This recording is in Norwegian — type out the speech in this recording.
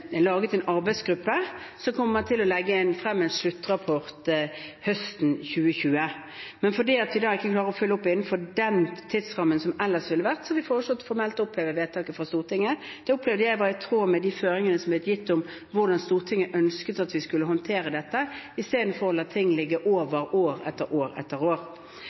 laget en arbeidsgruppe som kommer til å legge frem en sluttrapport høsten 2020. Men fordi vi ikke klarer å følge opp innenfor den tidsrammen som ellers ville vært, har vi foreslått formelt å oppheve vedtaket fra Stortinget. Det opplevde jeg var i tråd med de føringene som er blitt gitt om hvordan Stortinget ønsket at vi skulle håndtere dette, istedenfor å la ting ligge år etter år etter år.